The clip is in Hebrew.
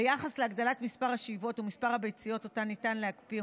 ביחס להגדלת מספר השאיבות ומספר הביציות שאותן ניתן להקפיא,